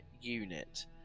unit